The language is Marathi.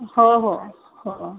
हो हो हो